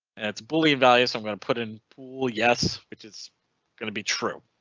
it's boolean values. i'm going to put in pool. yes ch is going to be true.